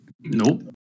Nope